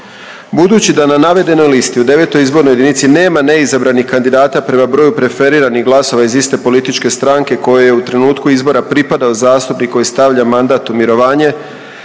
Budući da na navedenoj listi u IX. izbornoj jedinici nema neizabranih kandidata prema broju preferiranih glasova iz iste političke stranke kojoj je u trenutku izbora pripadao zastupnik koji stavlja mandat u mirovanje